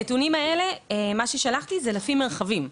הנתונים ששלחתי הם לפי מרחבים.